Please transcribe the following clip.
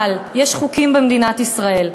אבל יש חוקים במדינת ישראל,